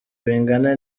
bingana